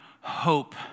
hope